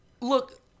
Look